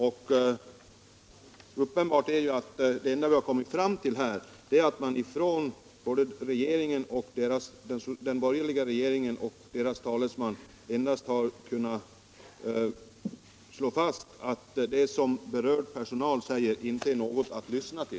Det enda som vi nu kommit fram till är uppenbarligen att den borgerliga regeringen och dess talesman anser att det som den berörda personalen säger inte är någonting att lyssna på.